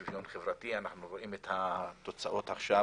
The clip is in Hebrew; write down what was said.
שוויון חברתי, אנחנו רואים את התוצאות עכשיו